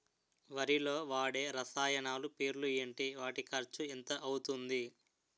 వరిలో వాడే రసాయనాలు పేర్లు ఏంటి? వాటి ఖర్చు ఎంత అవతుంది?